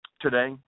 today